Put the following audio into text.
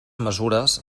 mesures